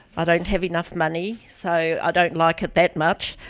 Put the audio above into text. i don't have enough money, so i don't like it that much.